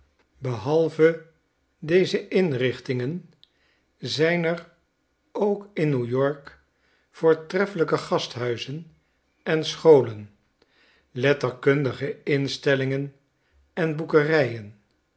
behalve deze inrichtingen zijn er ook in ne wyork voortreffelijke gasthuizen en scholen letterkundige instellingen en boekerijen